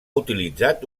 utilitzat